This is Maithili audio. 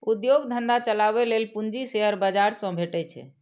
उद्योग धंधा चलाबै लेल पूंजी शेयर बाजार सं भेटै छै